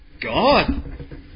God